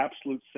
absolute